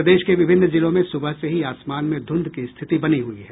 प्रदेश के विभिन्न जिलों में सुबह से ही आसमान में धुंध की स्थिति बनी हुई है